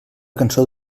cançó